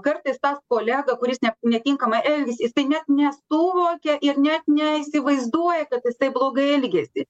kartais tas kolega kuris ne netinkamai elgiasi jisai net nesuvokia ir net neįsivaizduoja kad jisai blogai elgiasi